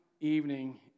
evening